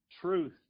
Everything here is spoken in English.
truth